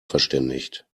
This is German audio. verständigt